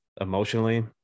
emotionally